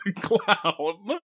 Clown